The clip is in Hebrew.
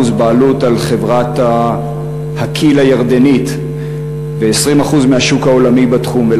בעלות על חברת ה"כי"ל" הירדנית ו-20% מהשוק העולמי בתחום.